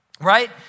right